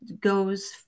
goes